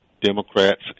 Democrats